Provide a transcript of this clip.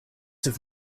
have